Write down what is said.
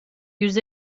yüz